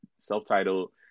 self-titled